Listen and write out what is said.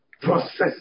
Process